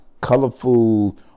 colorful